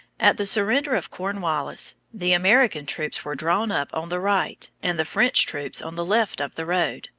at the surrender of cornwallis, the american troops were drawn up on the right, and the french troops on the left of the road,